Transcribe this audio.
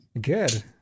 Good